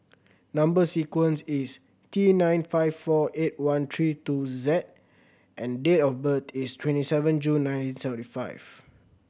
number sequence is T nine five four eight one three two Z and date of birth is twenty seven June nineteen seventy five